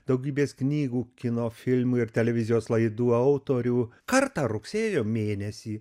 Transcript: daugybės knygų kino filmų ir televizijos laidų autorių kartą rugsėjo mėnesį